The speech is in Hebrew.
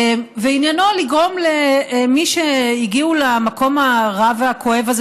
עניינו לגרום למי שהגיעו למקום הרע והכואב הזה